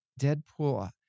Deadpool